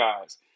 guys